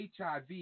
HIV